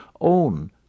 own